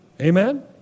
Amen